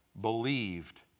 believed